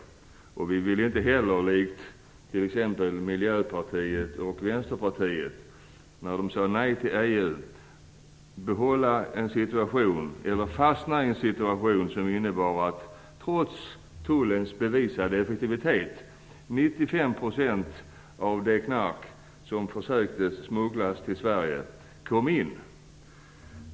Vi vill inte likt Miljöpartiet och Vänsterpartiet, som sade nej till EU, fastna i en situation som innebär att trots tullens effektivitet 95 % av det knark man försökte smuggla till Sverige kom in.